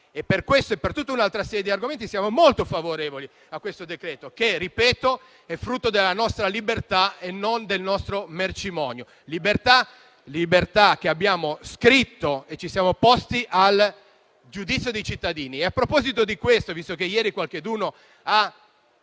Per questo e per tutta un'altra serie di argomenti siamo molto favorevoli a questo disegno di legge, che - ripeto - è frutto della nostra libertà e non del nostro mercimonio. Libertà che abbiamo messo per iscritto, sottoponendoci al giudizio dei cittadini. A proposito di questo, visto che ieri qualcheduno ha